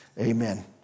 amen